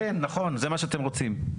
נכון, זה מה שאתם רוצים.